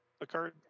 occurred